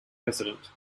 president